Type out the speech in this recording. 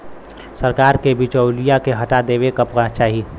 सरकार के बिचौलियन के हटा देवे क चाही